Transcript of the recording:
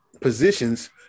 positions